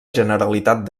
generalitat